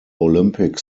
olympic